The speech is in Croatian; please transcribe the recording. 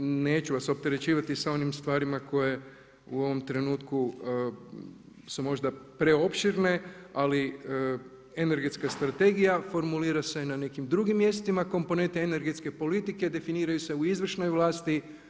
Neću vas opterećivati sa onim stvarima koje su u ovom trenutku su možda preopširne, ali energetska strategija formulira se na nekim drugim mjestima komponente energetske politike definiraju se u izvršnoj vlasti.